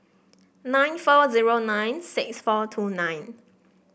nine four zero nine six four two nine